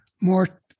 more